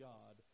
God